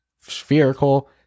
spherical